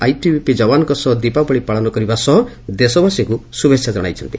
ITBP ଯବାନଙ୍କ ସହ ଦୀପାବଳି ପାଳନ କରିବା ସହ ଦେଶବାସୀଙ୍କୁ ଶୁଭେଛା ଜଣାଇଛନ୍ତି